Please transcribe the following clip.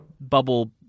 bubble